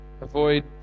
Avoid